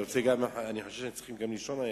אני חושב שצריכים גם לישון הערב,